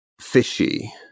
fishy